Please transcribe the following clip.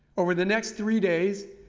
over the next three days,